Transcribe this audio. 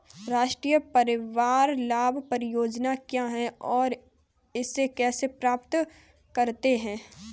राष्ट्रीय परिवार लाभ परियोजना क्या है और इसे कैसे प्राप्त करते हैं?